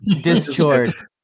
Discord